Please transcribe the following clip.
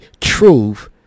truth